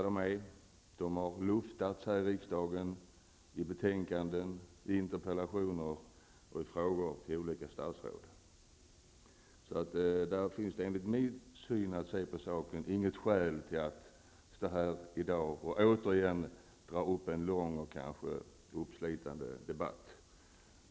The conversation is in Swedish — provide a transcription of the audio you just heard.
De har luftats i riksdagen, i betänkanden och i interpellationer och frågor till olika statsråd. Enligt min uppfattning finns det ingen anledning att återigen ha en lång, och kanske uppslitande, debatt.